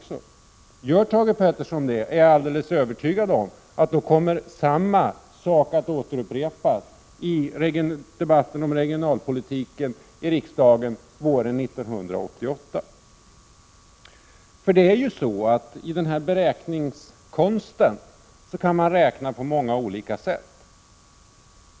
Om Thage Peterson gör så, är jag alldeles övertygad om att samma sak kommer upprepas i debatten om regionalpolitiken i riksdagen våren 1988. I den här beräkningskonsten kan man räkna på olika sätt.